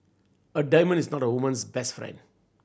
a diamond is not a woman's best friend